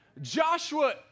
Joshua